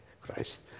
Christ